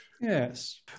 Yes